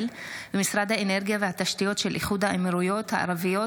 ומשרד האנרגיה והתשתיות של איחוד האמירויות הערביות